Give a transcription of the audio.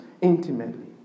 intimately